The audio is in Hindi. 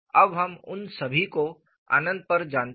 अब हम उन सभी को अनंत पर जानते हैं